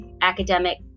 academic